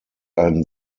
ein